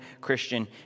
Christian